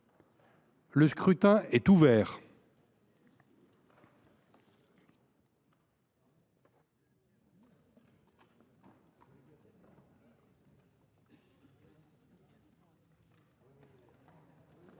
Le scrutin est ouvert.